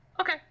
okay